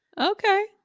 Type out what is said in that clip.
Okay